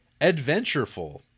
Adventureful